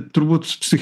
turbūt psich